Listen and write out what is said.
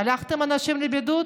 שלחתם אנשים לבידוד,